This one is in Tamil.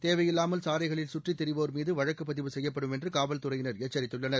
தேவையில்லாமல் சாலைகளில் சுற்றித் திரிவோர்மீது வழக்குப் பதிவு செய்யப்படும் என்று காவல்துறையினர் எச்சரித்துள்ளனர்